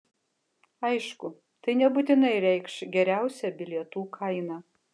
aišku tai nebūtinai reikš geriausią bilietų kainą